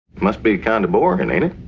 must be kind of boring, and ain't it?